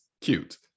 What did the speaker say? cute